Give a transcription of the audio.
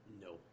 No